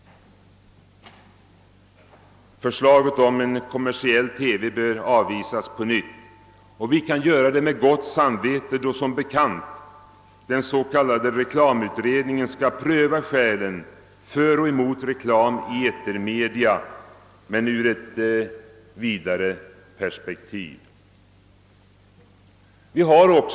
Förslaget om en kommersiell TV bör avvisas på nytt, och det kan vi göra med gott samvete eftersom den s.k. reklamutredningen som bekant skall pröva skälen för och emot reklam i etermedia men ur ett vidare perspektiv.